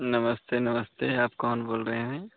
नमस्ते नमस्ते आप कौन बोल रहे हैं